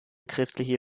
christliche